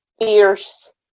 fierce